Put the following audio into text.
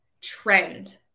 trend